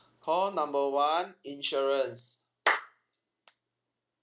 call number one insurance